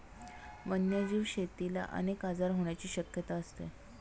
वन्यजीव शेतीला अनेक आजार होण्याची शक्यता असते